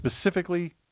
specifically